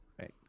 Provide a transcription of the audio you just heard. right